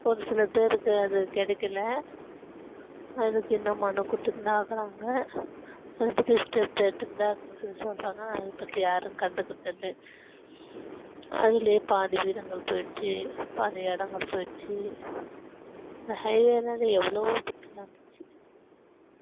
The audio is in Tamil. ஒரு சில பேருக்கு அது கிடைக்கல அதுக்கு இன்னும் மனு கொடுத்துன்னுதான் இருக்கிறாங்க அதை பற்றி ஸ்டெப்பு எடுத்துன்னுதான் இருக்கிறோம் சொல்லி சொல்கிறாங்க ஆனால் அதை பற்றி யாரும் கண்டுக்கிறது இல்லை அதிலே பாதி வீடு அங்கே போயிடுச்சு பாதி இடங்கள் போயிடுச்சு இந்த ஹைவேனால் எவ்வளவோ பிரச்சின வந்துச்சு